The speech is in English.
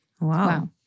Wow